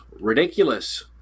ridiculous